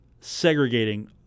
segregating